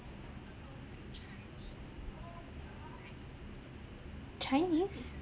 chinese